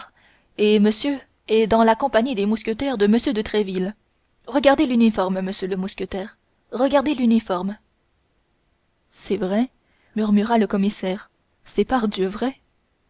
et monsieur est dans la compagnie des mousquetaires de m de tréville regardez l'uniforme monsieur le commissaire regardez l'uniforme c'est vrai murmura le commissaire c'est pardieu vrai